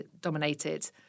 dominated